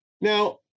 Now